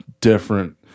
different